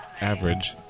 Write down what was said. average